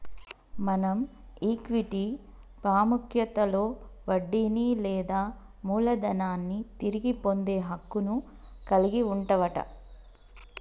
మనం ఈక్విటీ పాముఖ్యతలో వడ్డీని లేదా మూలదనాన్ని తిరిగి పొందే హక్కును కలిగి వుంటవట